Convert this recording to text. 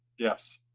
yes.